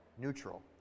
Neutral